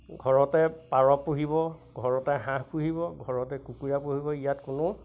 ঘৰতে পাৰ পুহিব ঘৰতে হাঁহ পুহিব ঘৰতে কুকুৰা পুহিব ইয়াত কোনো